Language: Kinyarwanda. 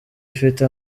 ifite